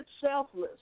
selfless